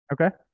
Okay